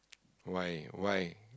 why why